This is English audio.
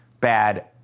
bad